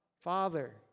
Father